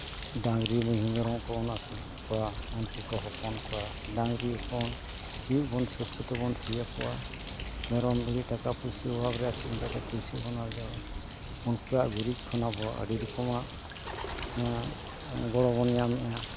ᱰᱟᱹᱝᱨᱤ ᱢᱤᱦᱩ ᱢᱮᱨᱚᱢ ᱠᱚ ᱵᱚᱱ ᱟᱹᱥᱩᱞᱮᱫ ᱠᱚᱣᱟ ᱩᱱᱠᱩ ᱠᱚ ᱦᱚᱯᱚᱱ ᱠᱚᱣᱟ ᱰᱟᱹᱝᱨᱤ ᱦᱚᱯᱚᱱ ᱥᱤᱭᱚᱜ ᱵᱚᱱ ᱥᱟᱹᱛ ᱠᱟᱛᱮ ᱵᱚᱱ ᱥᱤᱭᱟᱠᱚᱣᱟ ᱢᱮᱨᱚᱢ ᱨᱮᱜᱮ ᱴᱟᱠᱟ ᱯᱚᱭᱥᱟ ᱚᱷᱟᱵᱷ ᱨᱮ ᱟᱹᱠᱷᱨᱤᱧ ᱠᱟᱛᱮᱫ ᱯᱚᱭᱥᱟ ᱵᱚᱱ ᱟᱨᱡᱟᱣᱟ ᱩᱱᱠᱩᱣᱟᱜ ᱜᱩᱨᱤᱡ ᱠᱷᱚᱱ ᱟᱵᱚ ᱟᱹᱰᱤ ᱨᱚᱠᱚᱢᱟᱜ ᱜᱚᱲᱚ ᱵᱚᱱ ᱧᱟᱢ ᱮᱫᱟ